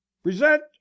present